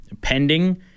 pending